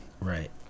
right